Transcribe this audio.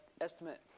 estimate